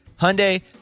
Hyundai